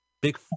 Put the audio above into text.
Big